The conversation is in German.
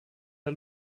der